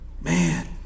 Man